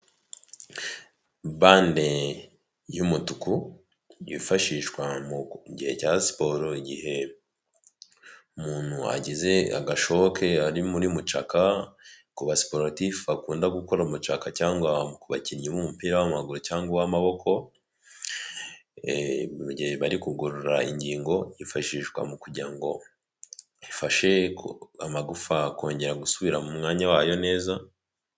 Bande y'umutuku yifashishwa mu gihe cya siporo, igihe wagize agashoke ari muri mucaka ku ba siporutifu ukunda gukora mucaka cyangwa ku bakinnyi b'umupira w'amaguru cyangwa uw'amaboko, mugihe bari kugorora ingingo yifashishwa mu kugira ngo ifashe amagufa akongera gusubira mu mwanya wayo neza.